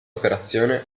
operazione